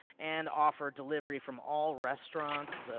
and offer delivery from all restaurants,